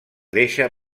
deixa